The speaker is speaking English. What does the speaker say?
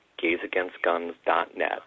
gazeagainstguns.net